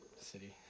city